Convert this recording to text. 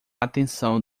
atenção